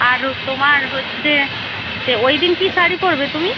আরও তোমার হচ্ছে যে ওই দিন কী শাড়ি পরবে তুমি